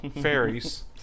fairies